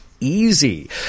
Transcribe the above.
easy